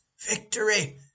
Victory